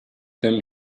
them